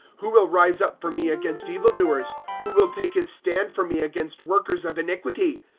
who will rise up for me against evil-doers who will take his stand for me against workers of hiiquity?